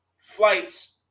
flights